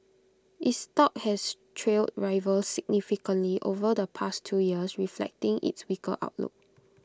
its stock has trailed rivals significantly over the past two years reflecting its weaker outlook